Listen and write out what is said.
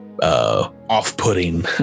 Off-putting